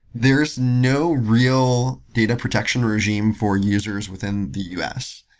there is no real data protection regime for users within the u s.